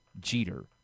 jeter